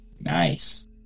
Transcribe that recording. Nice